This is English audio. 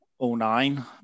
09